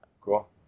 Cool